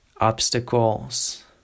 obstacles